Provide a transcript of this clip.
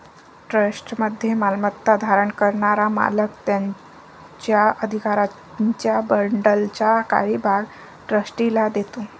ट्रस्टमध्ये मालमत्ता धारण करणारा मालक त्याच्या अधिकारांच्या बंडलचा काही भाग ट्रस्टीला देतो